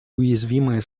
уязвимые